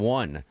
one